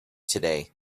today